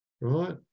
right